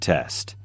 Test